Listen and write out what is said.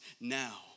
now